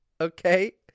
Okay